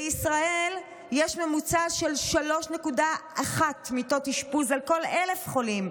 בישראל יש ממוצע של 3.1 מיטות אשפוז על כל 1,000 חולים,